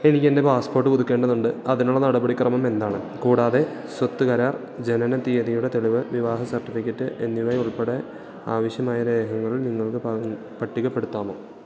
എനിക്കെൻ്റെ പാസ്പോർട്ട് പുതുക്കേണ്ടതുണ്ട് അതിനുള്ള നടപടിക്രമം എന്താണ് കൂടാതെ സ്വത്തു കരാർ ജനനത്തീയതിയുടെ തെളിവ് വിവാഹ സർട്ടിഫിക്കറ്റ് എന്നിവയുൾപ്പെടെ ആവശ്യമായ രേഖകൾ നിങ്ങൾക്കു പട്ടികപ്പെടുത്താമോ